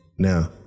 Now